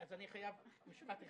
אז אני חייב משפט אחד.